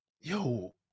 yo